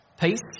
Peace